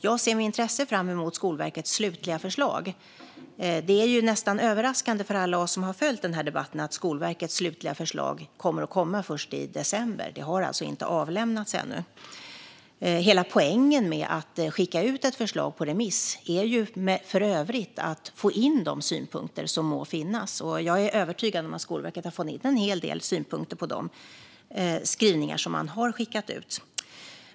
Jag ser med intresse fram emot Skolverkets slutliga förslag. Det är ju nästan överraskande för alla oss som har följt den här debatten att Skolverkets slutliga förslag kommer först i december. Det har alltså inte avlämnats ännu. Hela poängen med att skicka ut ett förslag på remiss är för övrigt att få in de synpunkter som må finnas. Jag är övertygad om att Skolverket har fått in en hel del synpunkter på de skrivningar som man har skickat ut.